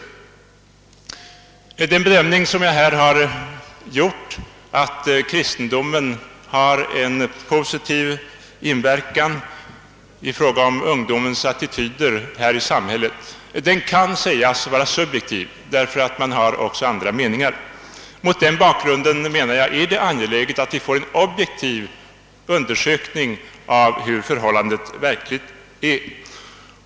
Den bedömning jag här gjort, att kristendomen har en positiv inverkan på ungdomens attityder till samhället, kan sägas vara subjektiv, eftersom det ju också finns andra meningar. Mot den bakgrunden anser jag det angeläget att vi får en objektiv undersökning av hurudana förhållandena verkligen är.